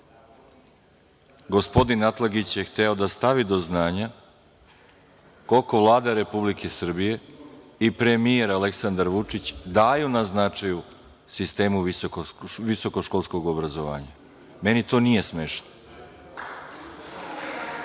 gospodin Atlagić je hteo da stavi do znanja koliko Vlada Republike Srbije i premijer Aleksandar Vučić daju na značaju sistemu visokoškolskog obrazovanja. Meni to nije smešno. Po